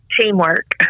teamwork